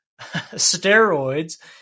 steroids